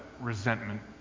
resentment